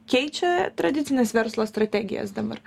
keičia tradicines verslo strategijas dabar